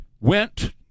went